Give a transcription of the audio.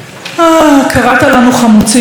אה, קראת לנו "חמוצים", ביבי.